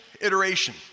iteration